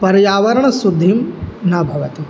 पर्यावरणशुद्धिः न भवति